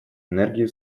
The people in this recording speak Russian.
энергию